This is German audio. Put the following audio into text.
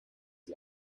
sie